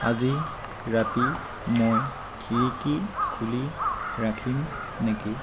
আজি ৰাতি মই খিৰিকী খুলি ৰাখিম নেকি